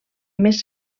més